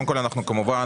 אנחנו כמובן